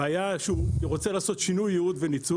והיה והוא רוצה לעשות שינוי ייעוד וניצול